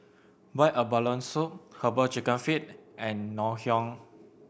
boiled abalone soup Herbal Chicken Feet and Ngoh Hiang